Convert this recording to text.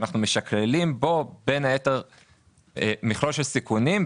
כשאנחנו משקללים בו מכלול של סיכונים,